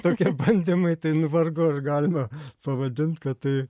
tokie bandymai tai nu vargu ar galima pavadint kad tai